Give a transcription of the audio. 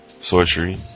Sorcery